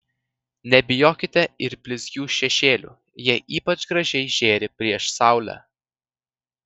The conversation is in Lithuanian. nebijokite ir blizgių šešėlių jie ypač gražiai žėri prieš saulę